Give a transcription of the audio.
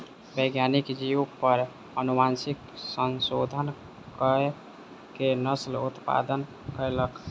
वैज्ञानिक जीव पर अनुवांशिक संशोधन कअ के नस्ल उत्पन्न कयलक